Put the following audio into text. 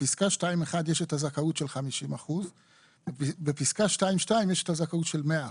בפסקה 2(1) יש את הזכאות של 50% ובפסקה 2(2) יש את הזכאות של 100%,